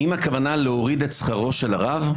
האם הכוונה להורדת שכרו של הרב?